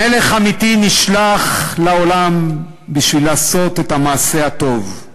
מלך אמיתי נשלח לעולם בשביל לעשות את המעשה הטוב,